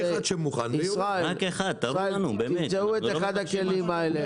ישראל, תמצאו את אחד הכלים האלה